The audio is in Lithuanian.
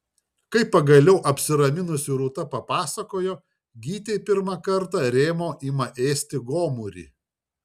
kai pagaliau apsiraminusi rūta papasakojo gytei pirmą kartą rėmuo ima ėsti gomurį